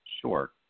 Sure